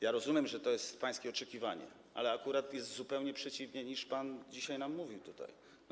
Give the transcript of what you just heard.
Ja rozumiem, że to jest pańskie oczekiwanie, ale akurat jest zupełnie przeciwnie, niż pan dzisiaj nam tutaj mówił.